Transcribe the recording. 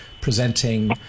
presenting